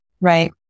right